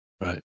Right